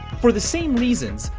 for the same reasons,